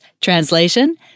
Translation